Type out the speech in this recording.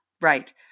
Right